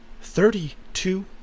Thirty-two